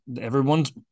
Everyone's